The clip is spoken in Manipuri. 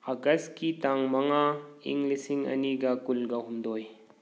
ꯑꯥꯒꯁꯀꯤ ꯇꯥꯡ ꯃꯉꯥ ꯏꯪ ꯂꯤꯁꯤꯡ ꯑꯅꯤꯒ ꯀꯨꯟꯒ ꯍꯨꯝꯗꯣꯏ